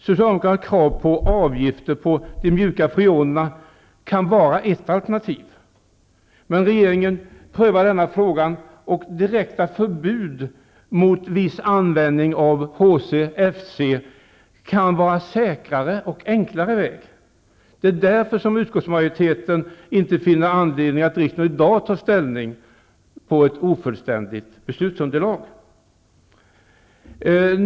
Socialdemokraternas krav på avgifter på de mjuka freonerna kan vara ett alternativ, men regeringen prövar denna fråga, och direkta förbud för viss användning av HCFC kan vara en säkrare och enklare väg. Därför finner utskottsmajoriteten inte anledning att riksdagen i dag tar ställning på ett ofullständigt beslutsunderlag.